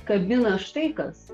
kabina štai kas